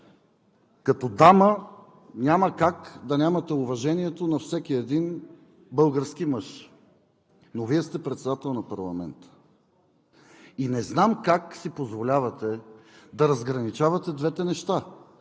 като дама няма как да нямате уважението на всеки един български мъж, но Вие сте председател на парламента и не знам как си позволявате да разграничавате двете неща,